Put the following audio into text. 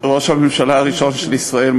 ראש הממשלה הראשון של ישראל,